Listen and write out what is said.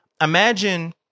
imagine